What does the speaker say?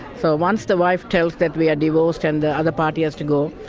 so once the wife tells that we are divorced and the other party has to go,